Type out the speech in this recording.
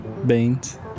Beans